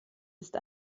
ist